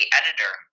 editor